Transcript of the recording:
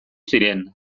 ziren